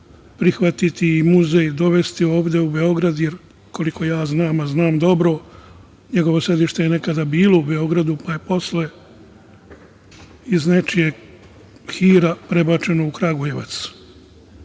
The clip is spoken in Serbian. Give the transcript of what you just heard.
prihvatiti i muzej ovde dovesti u Beograd, jer koliko ja znam, a znam dobro, njegovo sedište je nekada bilo u Beogradu, pa je posle iz nečijeg hira prebačeno u Kragujevac.